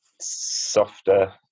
softer